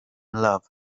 love